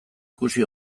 ikusi